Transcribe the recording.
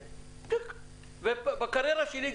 בקריירה שלי,